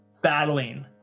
battling